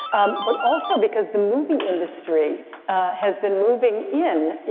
um, but also because the movie industry has been moving in,